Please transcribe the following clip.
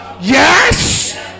Yes